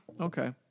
Okay